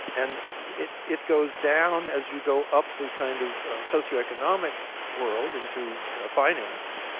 and it it goes down as you go up the kind of socioeconomic world into finance.